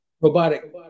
robotic